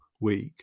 week